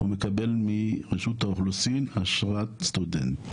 הוא מקבל מרשות האוכלוסין אשרת סטודנט.